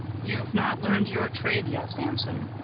you've not learned your trade yet, samson